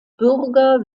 bürger